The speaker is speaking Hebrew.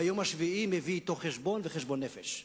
והיום השביעי מביא אתו חשבון, וחשבון נפש.